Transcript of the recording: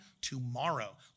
tomorrow